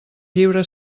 llibre